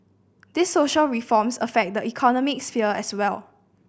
these social reforms affect the economic sphere as well